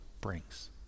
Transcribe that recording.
brings